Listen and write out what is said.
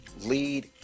Lead